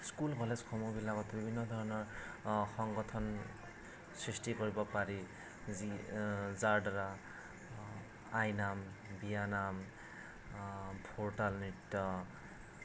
school কলেজসমূহ বিলাকত বিভিন্ন ধৰণৰ সংগঠন সৃষ্টি কৰিব পাৰি যি যাৰ দ্বাৰা আইনাম বিয়ানাম ভোৰতাল নৃত্য